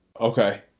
Okay